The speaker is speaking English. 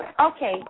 Okay